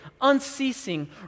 unceasing